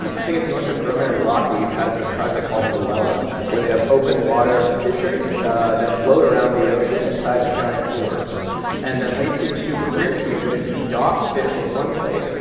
i think it's northrop grumman or lockheed has this project called velella, where they have open water fisheries that float around the ocean inside of giant orbs and that may seem super weird weird to you. but if you dock fish in one place,